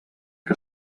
que